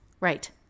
right